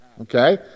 okay